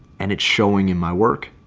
and it's showing in my work,